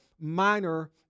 minor